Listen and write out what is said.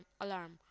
alarm